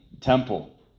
temple